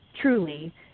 truly